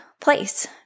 place